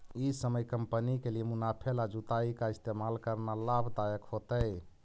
ई समय कंपनी के लिए मुनाफे ला जुताई का इस्तेमाल करना लाभ दायक होतई